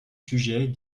sujets